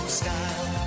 style